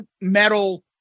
metal